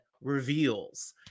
reveals